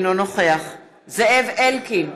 אינו נוכח זאב אלקין,